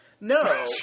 No